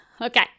Okay